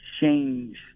change